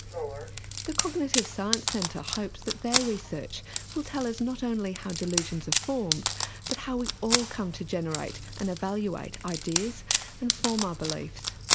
the cognitive science centre hopes that their research will tell us not only how delusions are formed but how we all come to generate and evaluate ideas and form our beliefs.